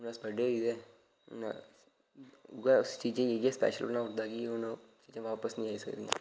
हून अस बड्डे होई गेद हून उऐ चीजें गी इयै स्पेशल बनाई ओड़दे कि हून चीजां वापस नी आई सकदियां